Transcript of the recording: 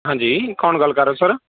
ਹਾਂਜੀ ਕੌਣ ਗੱਲ ਕਰ ਰਹੇ ਹੋ ਸਰ